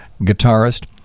guitarist